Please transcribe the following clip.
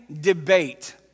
debate